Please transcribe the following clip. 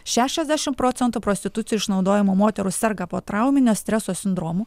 šešiasdešimt procentų prostitucija išnaudojamų moterų serga potrauminio streso sindromu